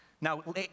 Now